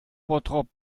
bottrop